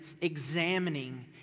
examining